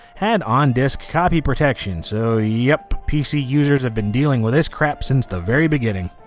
had on-disk copy protection, so yep, pc users have been dealing with this crap since the very beginning.